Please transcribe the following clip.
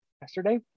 yesterday